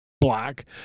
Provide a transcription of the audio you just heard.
black